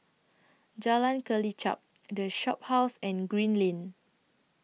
Jalan Kelichap The Shophouse and Green Lane